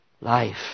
life